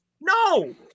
No